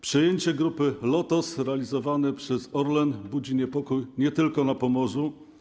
Przejęcie Grupy Lotos realizowane przez Orlen budzi niepokój nie tylko na Pomorzu.